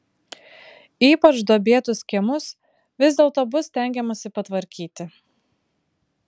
ypač duobėtus kiemus vis dėlto bus stengiamasi patvarkyti